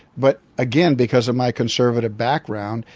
but again, because of my conservative background,